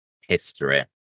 history